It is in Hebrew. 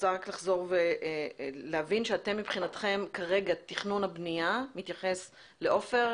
רוצה רק לחזור ולהבין שמבחינתכם כרגע תכנון הבנייה מתייחס ל"עופר",